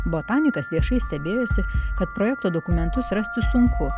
botanikas viešai stebėjosi kad projekto dokumentus rasti sunku